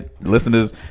Listeners